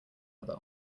other